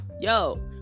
yo